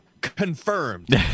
Confirmed